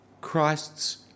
Christ's